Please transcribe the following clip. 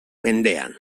mendean